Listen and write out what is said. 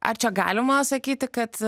ar čia galima sakyti kad